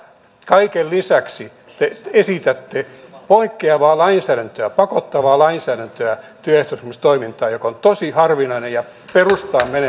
kaiken lisäksi te esitätte poikkeavaa lainsäädäntöä pakottavaa lainsäädäntöä työehtosopimustoimintaan mikä on tosi harvinainen ja perustaan menevä asia